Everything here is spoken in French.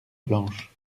blanche